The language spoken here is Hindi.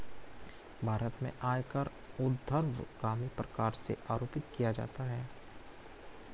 भारत में आयकर ऊर्ध्वगामी प्रकार से आरोपित किया जाता है